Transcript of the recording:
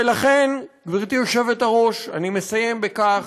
ולכן, גברתי היושבת-ראש, אני מסיים בכך: